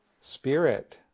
spirit